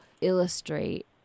illustrate